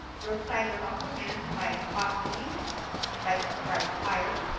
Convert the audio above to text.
roadsides are also managed by spot mowing and by prescribed fire.